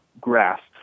grasped